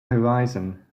horizon